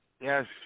Yes